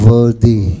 Worthy